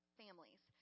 families